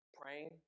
praying